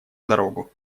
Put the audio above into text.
дорогу